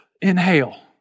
Inhale